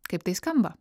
kaip tai skamba